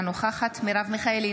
אינה נוכחת מרב מיכאלי,